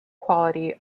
quality